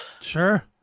sure